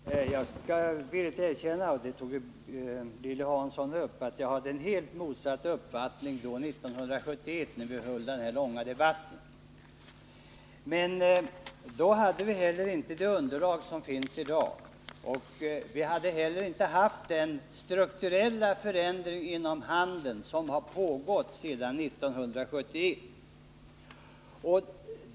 Herr talman! Jag skall villigt erkänna — och det tog Lilly Hansson upp —- att jag hade en helt motsatt uppfattning 1971 när vi förde den långa debatten. Men då hade vi inte det underlag som finns i dag. Vi hade inte heller då haft den strukturella förändring inom handeln som har pågått sedan 1971.